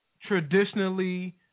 traditionally –